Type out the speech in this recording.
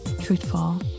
truthful